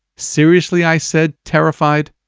seriously? i said, terrified.